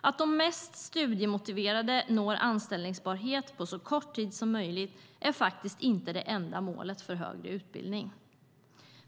Att de mest studiemotiverade når anställbarhet på så kort tid som möjligt är faktiskt inte det enda målet för högre utbildning.